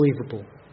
unbelievable